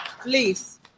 please